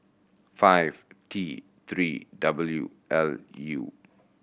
five T Three W L U